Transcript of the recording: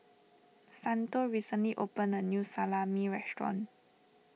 Santo recently opened a new Salami restaurant